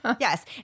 Yes